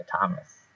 Thomas